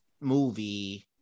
movie